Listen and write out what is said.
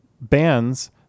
bands